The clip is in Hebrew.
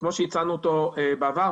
כמו שהצענו בעבר,